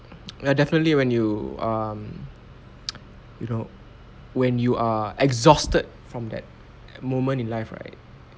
ya definitely when you um you know when you are exhausted from that moment in life right